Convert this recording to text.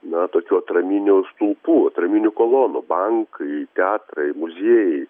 na tokių atraminių stulpų atraminių kolonų bankai teatrai muziejai